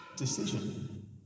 decision